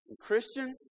Christian